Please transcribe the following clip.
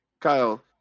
Kyle